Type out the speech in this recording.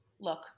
look